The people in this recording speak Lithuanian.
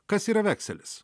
kas yra vekselis